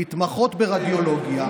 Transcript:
להתמחות ברדיולוגיה,